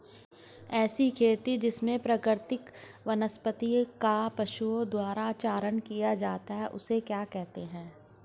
ऐसी खेती जिसमें प्राकृतिक वनस्पति का पशुओं द्वारा चारण किया जाता है उसे क्या कहते हैं?